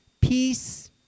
peace